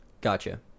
Gotcha